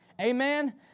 Amen